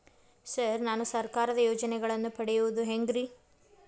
Sir ನಾನು ಸರ್ಕಾರ ಯೋಜೆನೆಗಳನ್ನು ಪಡೆಯುವುದು ಹೆಂಗ್ರಿ?